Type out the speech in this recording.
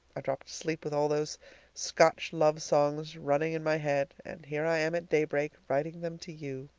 i dropped asleep with all those scotch love songs running in my head, and here i am at daybreak writing them to you.